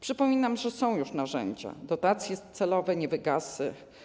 Przypominam, że są już narzędzia: dotacje celowe, niewygasy.